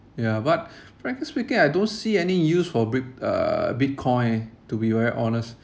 ya but frankly speaking I don't see any use for bric~ uh bitcoin eh to be very honest